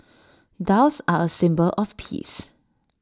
doves are A symbol of peace